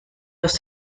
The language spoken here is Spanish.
los